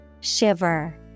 Shiver